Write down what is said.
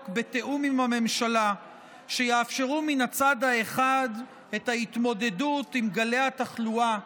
בתיאום עם הממשלה שיאפשרו מן הצד האחד את ההתמודדות עם גלי התחלואה,